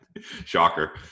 Shocker